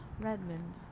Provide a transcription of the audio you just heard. Redmond